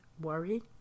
worry